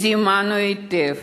יודעים אנו היטב